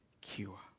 cure